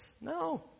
No